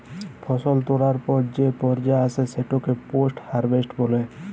ফসল তোলার পর যে পর্যা আসে সেটাকে পোস্ট হারভেস্ট বলে